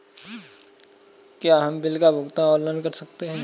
क्या हम बिल का भुगतान ऑनलाइन कर सकते हैं?